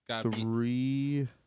three